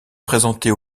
présentées